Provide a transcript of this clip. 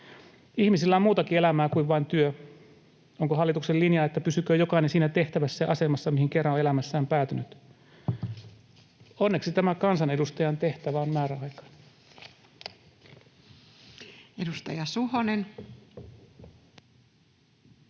Ihmisillä on muutakin elämää kuin vain työ. Onko hallituksen linja, että pysyköön jokainen siinä tehtävässä ja asemassa, mihin kerran on elämässään päätynyt? Onneksi tämä kansanedustajan tehtävä on määräaikainen. Edustaja Suhonen.